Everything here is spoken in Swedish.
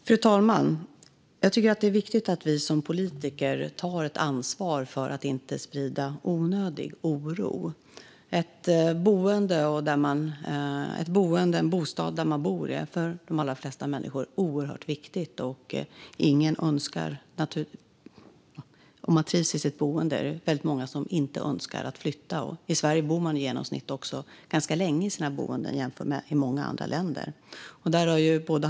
Fru talman! Jag tycker att det är viktigt att vi som politiker tar ett ansvar för att inte sprida onödig oro. Den bostad som man bor i är för de allra flesta människor oerhört viktig. Det är väldigt många som inte önskar flytta om de trivs i sitt boende. I Sverige bor man i genomsnitt ganska länge i sina boenden jämfört med hur det är i många andra länder.